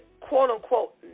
quote-unquote